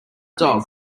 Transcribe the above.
dog